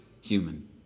human